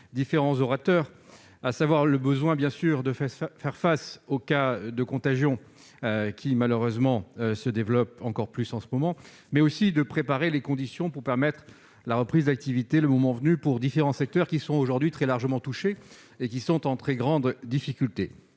différents orateurs, à savoir le besoin de faire face aux cas de contagion qui, malheureusement, se développent encore plus de nos jours, mais aussi de préparer les conditions permettant, le moment venu, la reprise d'activité pour différents secteurs qui sont aujourd'hui très largement touchés et qui sont en très grande difficulté.